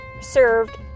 served